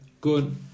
good